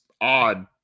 odd